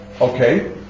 Okay